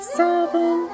seven